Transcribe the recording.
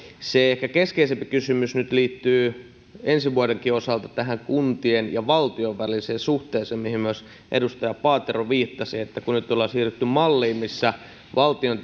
se ehkä keskeisempi kysymys nyt liittyy ensi vuodenkin osalta tähän kuntien ja valtion väliseen suhteeseen mihin myös edustaja paatero viittasi kun nyt ollaan siirrytty malliin missä valtion